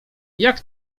jak